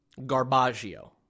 Garbaggio